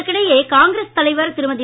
இதற்கிடையே காங்கிரஸ் தலைவர் திருமதி